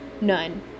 none